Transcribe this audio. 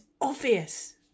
obvious